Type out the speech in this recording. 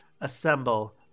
assemble